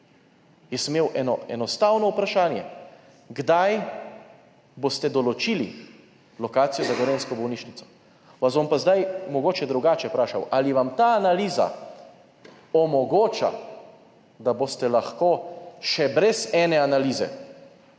Jaz sem imel eno enostavno vprašanje: Kdaj boste določili lokacijo za gorenjsko bolnišnico? Vas bom pa zdaj mogoče drugače vprašal: Ali vam ta analiza omogoča, da boste lahko brez dodatne analize